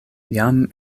jam